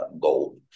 gold